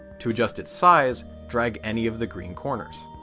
to adjust its size drag any of the green corners.